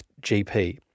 GP